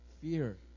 fear